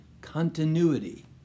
continuity